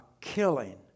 killing